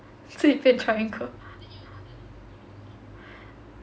自己变 triangle